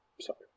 Sorry